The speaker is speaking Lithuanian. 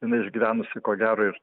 jinai išgyvenusi ko gero ir